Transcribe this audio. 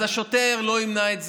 אז השוטר לא ימנע את זה,